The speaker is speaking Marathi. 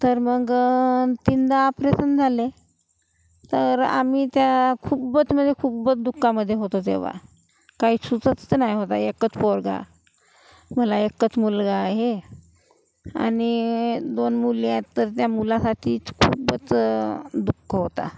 तर मग तीनदा आपरेशन झाले तर आम्ही त्या खूबच म्हणजे खूबच दु खामधे होतो तेव्हा काही सुचत नाही होतं एकच पोरगा मला एकच मुलगा आहे आणि दोन मुली आहेत तर त्या मुलासाठीच खूपच दुःख होतं